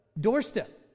doorstep